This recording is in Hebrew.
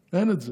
אין את זה.